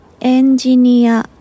Engineer